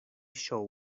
joe